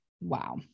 Wow